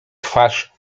twarz